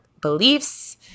beliefs –